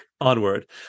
onward